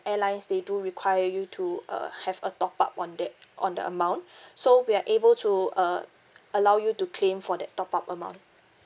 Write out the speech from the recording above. airlines they do require you to uh have a top up on that on the amount so we are able to uh allow you to claim for that top up amount